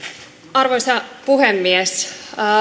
arvoisa puhemies